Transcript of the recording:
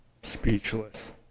Speechless